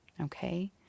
Okay